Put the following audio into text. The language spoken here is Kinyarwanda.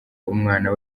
umwana